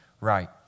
right